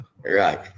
Right